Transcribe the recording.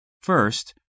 First